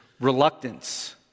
reluctance